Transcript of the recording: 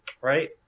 Right